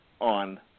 on